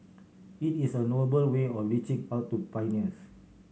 it is a noble way of reaching out to pioneers